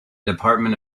department